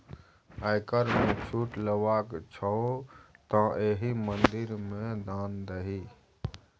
आयकर मे छूट लेबाक छौ तँ एहि मंदिर मे दान दही